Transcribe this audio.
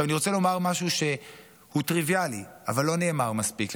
עכשיו אני רוצה לומר משהו שהוא טריוויאלי אבל לא נאמר מספיק,